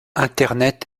internet